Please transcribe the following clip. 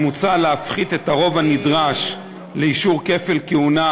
מוצע להפחית את הרוב הנדרש לאישור כפל כהונה,